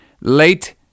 late